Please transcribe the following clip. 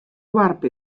doarp